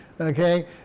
okay